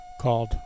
called